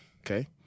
Okay